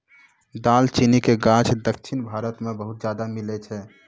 दालचीनी के गाछ दक्खिन भारत मे बहुते ज्यादा मिलै छै